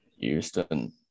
Houston